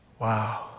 Wow